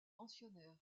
pensionnaires